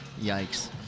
Yikes